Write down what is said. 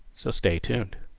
so stay tuned.